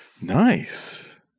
Nice